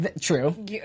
True